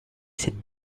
sit